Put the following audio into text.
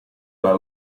alla